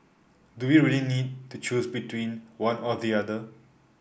do we really need to choose between one or the other